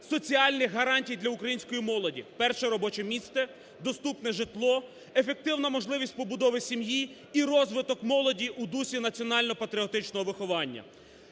соціальних гарантій для української молоді: перше робоче місце, доступне житло, ефективна можливість побудови сім'ї і розвиток молоді у дусі національно-патріотичного виховання.